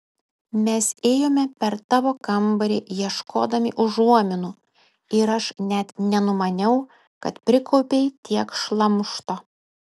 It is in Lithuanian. mes ėjome per tavo kambarį ieškodami užuominų ir aš net nenumaniau kad prikaupei tiek šlamšto